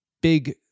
big